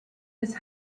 his